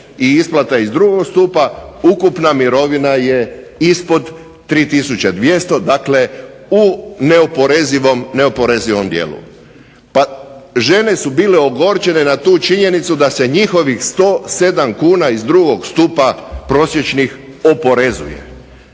i isplata iz drugog stupa ukupna mirovina je ispod 3200, dakle u neoporezivom dijelu. Pa žene su bile ogorčene na tu činjenicu da se njihovih 107 kuna iz drugog stupa prosječnih oporezuje.